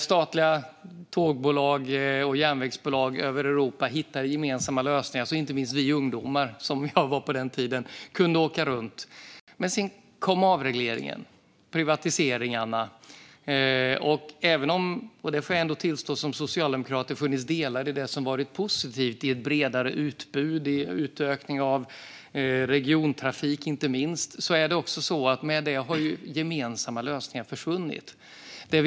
Statliga tåg och järnvägsbolag i Europa hittade gemensamma lösningar så att inte minst vi ungdomar kunde åka runt. Men sedan kom avregleringen och privatiseringarna. Som socialdemokrat får jag ändå tillstå att det funnits delar i det som varit positiva, så som ett bredare utbud och utökning av regiontrafik. Men de gemensamma lösningarna har försvunnit.